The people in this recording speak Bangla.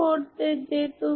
a0 হবে জিরো